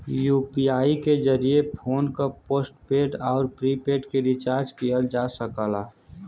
UPI के जरिये phone क पोस्टपेड आउर प्रीपेड के रिचार्ज किहल जा सकला